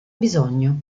bisogno